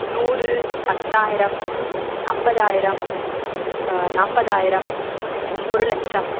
நூறு பத்தாயிரம் ஐம்பதாயிரம் நாற்பதாயிரம் ஒரு லட்சம்